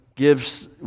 Gives